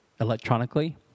electronically